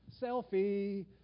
Selfie